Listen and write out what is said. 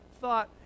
thought